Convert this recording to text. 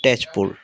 Tezpur